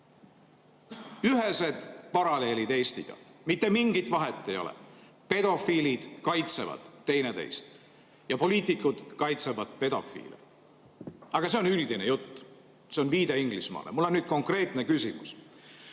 Ühesed paralleelid Eestiga, mitte mingit vahet ei ole. Pedofiilid kaitsevad üksteist ja poliitikud kaitsevad pedofiile. Aga see on üldine jutt, see on viide Inglismaale. Mul on nüüd konkreetne küsimus